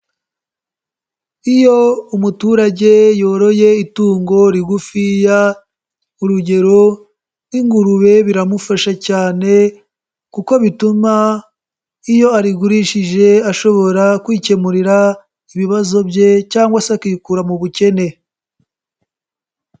Iyo umuturage yoroye itungo rigufiya, urugero nk'ingurube biramufasha cyane kuko bituma iyo arigurishije ashobora kwikemurira, ibibazo bye cyangwa se akikura mu bukene.